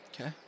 Okay